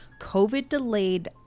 COVID-delayed